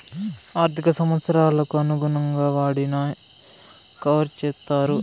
ఆర్థిక సంవత్సరాలకు అనుగుణంగా వడ్డీని కవర్ చేత్తారు